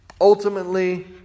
Ultimately